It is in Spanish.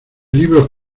libros